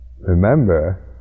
remember